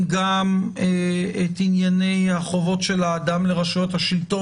גם אם הביקורת הזו היא בצורה של הטלת הוצאות ושיש לזה